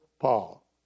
Paul